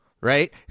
right